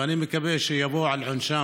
ואני מקווה שהם יבואו על עונשם.